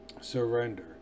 surrender